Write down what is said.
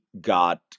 got